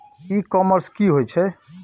ई commerce की होय छेय?